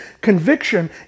Conviction